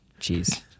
jeez